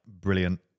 brilliant